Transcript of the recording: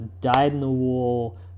dyed-in-the-wool